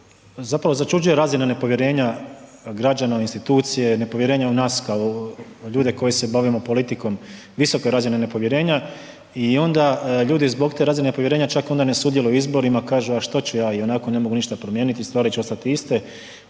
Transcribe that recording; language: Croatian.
zapravo začuđuje razina nepovjerenja građana u institucije, nepovjerenja u nas ljude koji se bavimo politikom, visoke razine nepovjerenja i onda zbog te razine nepovjerenja čak onda ne sudjeluju u izborima, kažu, a što ću ja i onako ne mogu ništa promijeniti stvari će ostati iste.